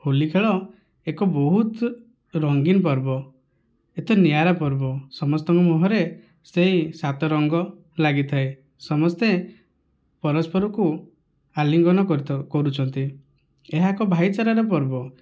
ହୋଲି ଖେଳ ଏକ ବହୁତ ରଙ୍ଗୀନ ପର୍ବ ଏତେ ନିଆରା ପର୍ବ ସମସ୍ତଙ୍କ ମୁହଁରେ ସେଇ ସାତ ରଙ୍ଗ ଲାଗିଥାଏ ସମସ୍ତେ ପରସ୍ପରକୁ ଆଲିଙ୍ଗନ କରିଥାଉ କରୁଛନ୍ତି ଏହା ଏକ ଭାଇଚାରାର ପର୍ବ